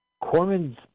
Corman's